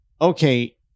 okay